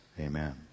Amen